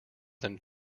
than